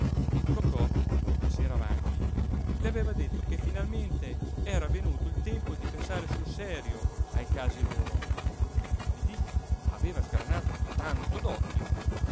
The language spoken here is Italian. cocò la sera avanti le aveva detto che finalmente era venuto il tempo di pensare sul serio ai casi loro didì aveva sgranato tanto